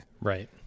Right